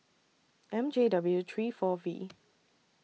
M J W three four V